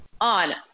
on